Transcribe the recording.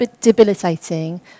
debilitating